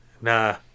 nah